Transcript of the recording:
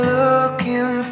looking